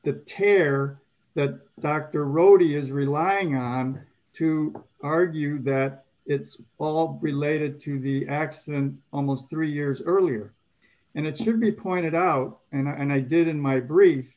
the tear that dr rody is relying on to argue that it's all related to the accident almost three years earlier and it should be pointed out and i did in my brief